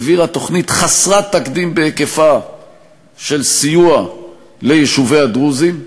העבירה תוכנית חסרת תקדים בהיקפה של סיוע ליישובי הדרוזים.